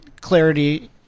clarity